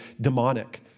demonic